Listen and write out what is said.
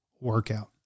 workout